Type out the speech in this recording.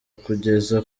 kugeza